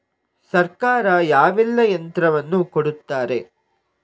ಸರ್ಕಾರ ಯಾವೆಲ್ಲಾ ಯಂತ್ರವನ್ನು ಕೊಡುತ್ತಾರೆ?